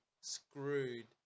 screwed